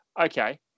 okay